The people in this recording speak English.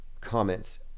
comments